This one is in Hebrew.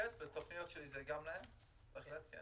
בתוכניות שלי אני מתייחס גם אליהם, אתייחס לכולם.